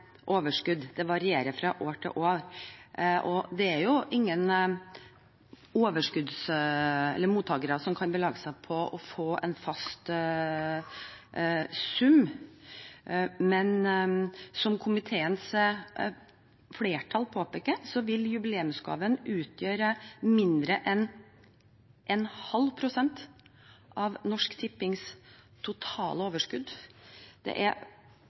varierer fra år til år, og det er ingen mottagere som kan belage seg på å få en fast sum. Men som komiteens flertall påpeker, vil jubileumsgaven utgjøre mindre enn en halv prosent av Norsk Tippings totale overskudd. Det er